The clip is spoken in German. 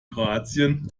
kroatien